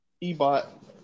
E-Bot